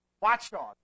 watchdog